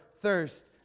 thirst